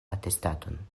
atestanton